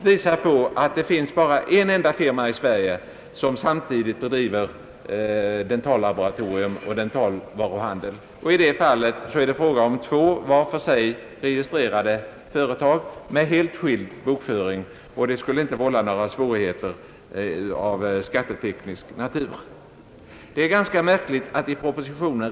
De påpekar att det endast finns en enda firma i Sverige som samtidigt driver dentallaboratorium och dentalvaruhandel. Detta sker i form av två separata, var för sig registrerade firmor med helt skild bokföring. Några svårigheter av skatteteknisk natur skulle alltså inte uppstå.